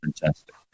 Fantastic